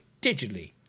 digitally